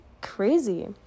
crazy